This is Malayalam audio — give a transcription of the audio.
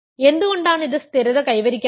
എന്തുകൊണ്ടാണ് ഇത് സ്ഥിരത കൈവരിക്കാത്തത്